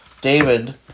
David